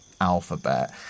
alphabet